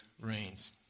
rains